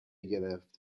گرفت